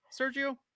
sergio